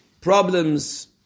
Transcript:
Problems